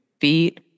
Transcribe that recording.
Feet